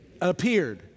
appeared